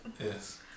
Yes